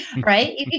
right